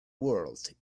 world